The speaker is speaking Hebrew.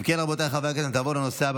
אם כן, רבותיי חברי הכנסת, נעבור לנושא הבא